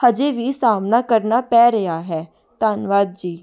ਹਜੇ ਵੀ ਸਾਹਮਣਾ ਕਰਨਾ ਪੈ ਰਿਹਾ ਹੈ ਧੰਨਵਾਦ ਜੀ